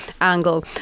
angle